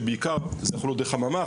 שבעיקר זה יכול להיות דרך הממ"ח,